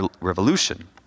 revolution